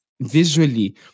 visually